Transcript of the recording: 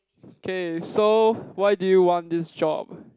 okay so why do you want this job